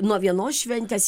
nuo vienos šventės